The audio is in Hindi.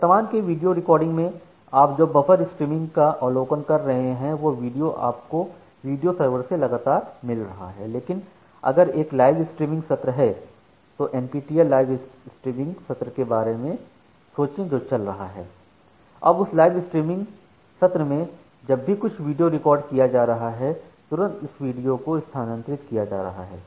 वर्तमान के वीडियो रिकॉर्ड में आप जो बफर स्ट्रीमिंग का अवलोकन कर रहे हैं वह वीडियो आपको वीडियो सर्वर से लगातार मिल रहा है लेकिन अगर एक लाइव स्ट्रीमिंग सत्र है तो NPTEL लाइव स्ट्रीमिंग सत्र के बारे में सोचें जो चल रहा है अब उस लाइव स्ट्रीमिंग सत्र में जब भी कुछ वीडियो रिकॉर्ड किया जा रहा है तुरंत उस वीडियो को स्थानांतरित किया जा रहा है